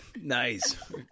nice